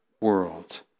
world